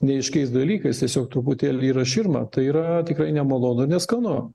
neaiškiais dalykais tiesiog truputėlį yra širma tai yra tikrai nemalonu ir neskanu